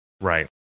Right